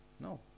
No